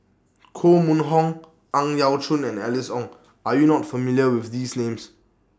Koh Mun Hong Ang Yau Choon and Alice Ong Are YOU not familiar with These Names